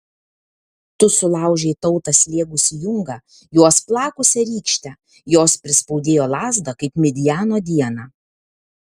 tu sulaužei tautą slėgusį jungą juos plakusią rykštę jos prispaudėjo lazdą kaip midjano dieną